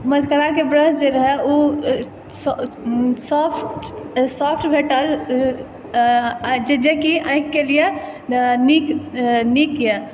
मशकराके brush जे रहै ओ सॉफ्ट सॉफ्ट भेटल आओर जेकि आँखिके लिए नीक नीक अइ